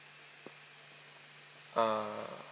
ah